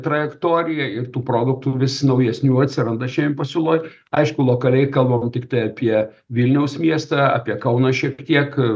trajektoriją ir tų produktų vis naujesnių atsiranda šiandien pasiūloj aišku lokaliai kalbam tiktai apie vilniaus miestą apie kauną šiek tiek